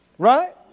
Right